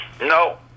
no